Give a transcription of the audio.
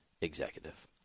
executive